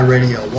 Radio